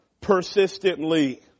persistently